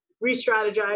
re-strategize